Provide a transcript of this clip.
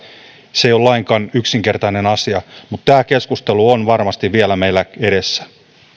se ei ole lainkaan yksinkertainen asia mutta tämä keskustelu on varmasti vielä meillä edessä